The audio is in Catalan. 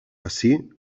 ací